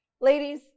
ladies